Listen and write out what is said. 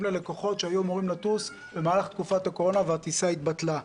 ללקוחות שהיו אמורים לטוס במהלך תקופת הקורונה והטיסה התבטלה.